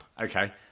okay